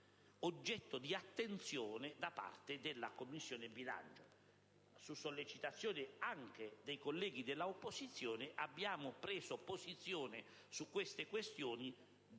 oggetto di attenzione da parte della Commissione bilancio. Su sollecitazione anche dei colleghi dell'opposizione, abbiamo preso posizione su tali questioni